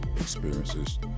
experiences